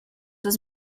was